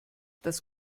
das